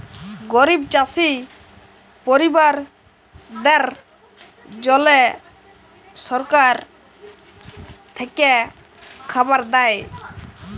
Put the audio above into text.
গরিব চাষী পরিবারদ্যাদের জল্যে সরকার থেক্যে খাবার দ্যায়